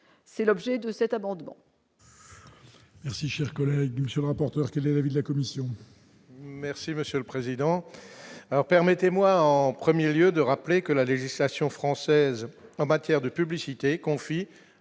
c'est l'objet de cet amendement.